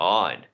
on